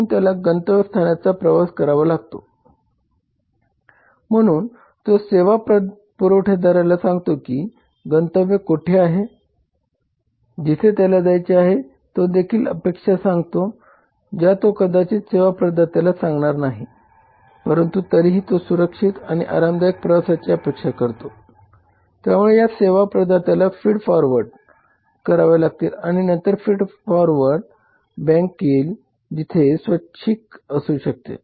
म्हणून त्याला गंतव्यस्थानाचा प्रवास करावा लागतो म्हणून तो सेवा पुरवठादाराला सांगतो की गंतव्य कोठे आहे जिथे त्याला जायचे आहे आणि तो देखील अपेक्षा सांगतो ज्या तो कदाचित सेवा प्रदात्याला सांगणार नाही परंतु तरीही तो सुरक्षित आणि आरामदायक प्रवासाची अपेक्षा करतो त्यामुळे या सेवा प्रदात्याला फीड फॉरवर्ड कराव्या लागतील आणि नंतर फीडबॅक येईल जो स्वैच्छिक असू शकतो